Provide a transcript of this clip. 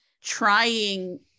trying